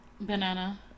Banana